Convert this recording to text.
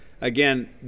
again